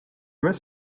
must